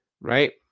right